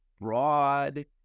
broad